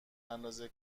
اندازه